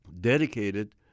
dedicated